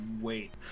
wait